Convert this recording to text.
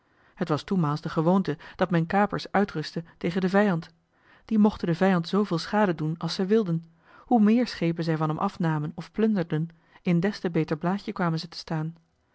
het was toenmaals de gewoonte dat men kapers uitrustte tegen den vijand die mochten den vijand zooveel schade doen als zij wilden hoe meer schepen zij van hem afnamen of plunderden in des te beter blaadje kwamen zij te staan